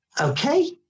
Okay